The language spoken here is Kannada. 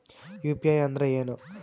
ಯು.ಪಿ.ಐ ಅಂದ್ರೆ ಏನು?